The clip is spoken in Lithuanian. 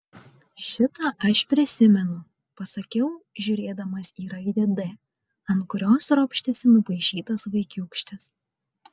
šitą aš prisimenu pasakiau žiūrėdamas į raidę d ant kurios ropštėsi nupaišytas vaikiūkštis